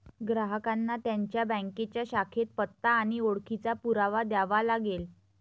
ग्राहकांना त्यांच्या बँकेच्या शाखेत पत्ता आणि ओळखीचा पुरावा द्यावा लागेल